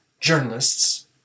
journalists